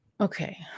okay